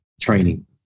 training